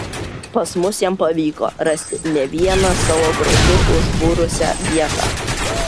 pas mus jam pavyko rasti ne vieną savo grožiu užbūrusią vietą